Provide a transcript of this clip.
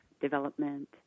development